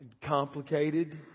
complicated